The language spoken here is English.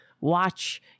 watch